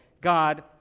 God